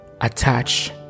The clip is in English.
attach